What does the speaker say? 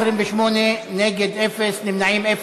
28, אין מתנגדים, אין נמנעים.